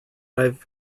i’ve